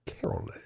Carolyn